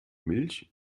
milch